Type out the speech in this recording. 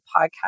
podcast